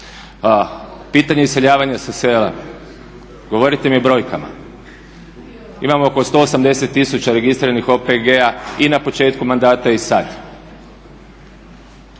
Pitanje iseljavanja sa sela. Govorite mi brojkama. Imamo oko 180000 registriranih OPG-a i na početku mandata i sad,